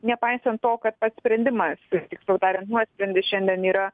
nepaisant to kad pats sprendimas tiksliau tariant nuosprendis šiandien yra